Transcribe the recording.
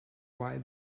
why